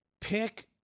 pick